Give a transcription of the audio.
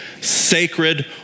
sacred